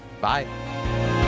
Bye